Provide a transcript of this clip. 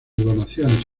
donaciones